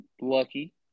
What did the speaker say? lucky